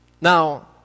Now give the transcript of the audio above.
Now